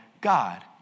God